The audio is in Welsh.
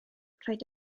rhaid